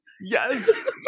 Yes